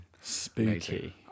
spooky